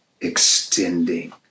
extending